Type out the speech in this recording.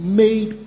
made